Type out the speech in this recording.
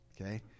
Okay